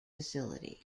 facility